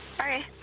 Okay